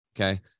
okay